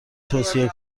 توصیه